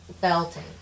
belting